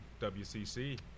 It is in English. WCC